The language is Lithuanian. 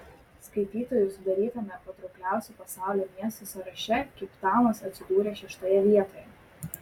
skaitytojų sudarytame patraukliausių pasaulio miestų sąraše keiptaunas atsidūrė šeštoje vietoje